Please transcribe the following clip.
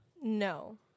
No